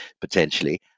potentially